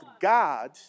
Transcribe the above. God